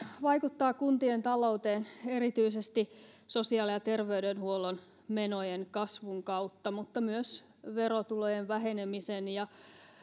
vaikuttaa kuntien talouteen erityisesti sosiaali ja terveydenhuollon menojen kasvun kautta mutta myös verotulojen vähenemisen ja